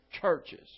churches